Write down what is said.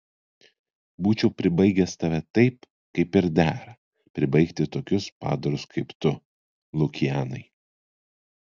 būčiau pribaigęs tave taip kaip ir dera pribaigti tokius padarus kaip tu lukianai